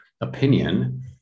opinion